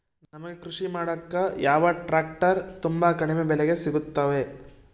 ನಮಗೆ ಕೃಷಿ ಮಾಡಾಕ ಯಾವ ಟ್ರ್ಯಾಕ್ಟರ್ ತುಂಬಾ ಕಡಿಮೆ ಬೆಲೆಗೆ ಸಿಗುತ್ತವೆ?